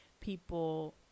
people